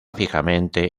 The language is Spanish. fijamente